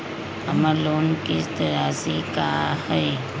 हमर लोन किस्त राशि का हई?